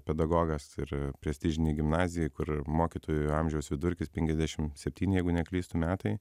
pedagogas ir prestižinėj gimnazijoj kur mokytojų amžiaus vidurkis penkiasdešimt septyni jeigu neklystu metai